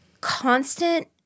constant